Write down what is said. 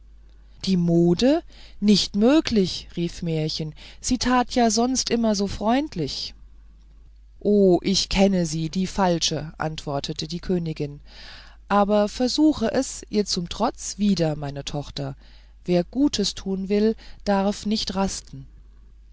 die mode nicht möglich rief märchen sie tat ja sonst immer so freundlich oh ich kenne sie die falsche antwortete die königin aber versuche es ihr zum trotze wieder meine tochter wer gutes tun will darf nicht rasten